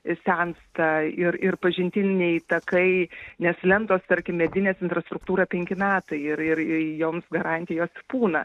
sensta ir ir pažintiniai takai nes lentos tarkim medinės infrastruktūra penki metai ir ir ir joms garantijos pūna